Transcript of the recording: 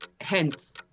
Hence